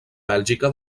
bèlgica